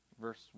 verse